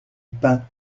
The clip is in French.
pain